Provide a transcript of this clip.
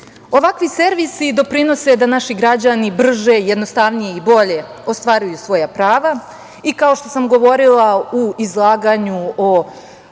vreme. Ovakvi servisi doprinose da naši građani brže, jednostavnije i bolje ostvaruju svoja prava i kao što sam govorila u izlaganju o